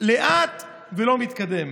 לאט ולא מתקדם.